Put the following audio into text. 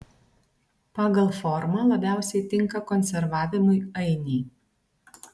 pagal formą labiausiai tinka konservavimui ainiai